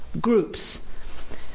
groups